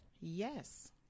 Yes